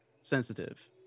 sensitive